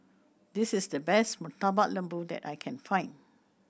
this is the best Murtabak Lembu that I can find